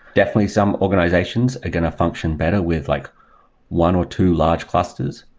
definitely, some organizations are going to function better with like one or two large clusters.